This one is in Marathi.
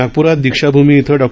नागप्रात दीक्षाभूमी इथं डॉ